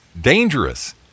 dangerous